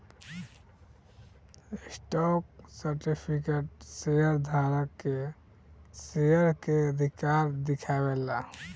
stock certificate share धारक के share के अधिकार दिखावे ला